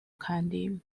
candy